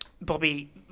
Bobby